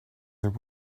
their